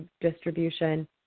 distribution